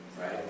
right